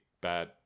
bad